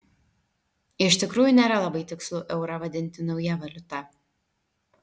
iš tikrųjų nėra labai tikslu eurą vadinti nauja valiuta